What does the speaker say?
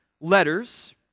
letters